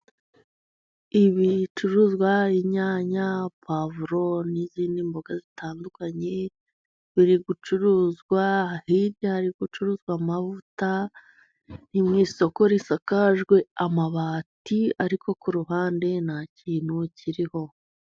Ibicuruzwa, inyanya, puwavuro n'izindi mboga zitandukanye biri gucuruzwa, hirya hari gucuruzwa amavuta, ni mu isoko risakajwe amabati, ariko ku ruhande nta kintu kiriho.